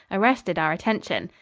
arrested our attention.